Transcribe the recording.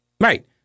Right